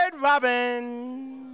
Robin